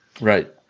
right